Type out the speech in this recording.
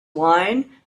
wine